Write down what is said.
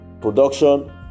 Production